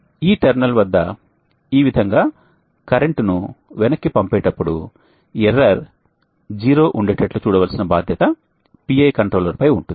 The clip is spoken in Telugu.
ఈ టెర్మినల్ వద్ద ఈ విధంగా గా కరెంటును వెనక్కి పంపేటప్పుడు ఎర్రర్ 0 ఉండేటట్లు చూడవలసిన బాధ్యత PI కంట్రోలర్ పై ఉంటుంది